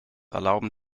erlauben